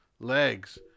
legs